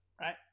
Right